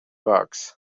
box